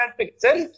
picture